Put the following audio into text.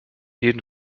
jeden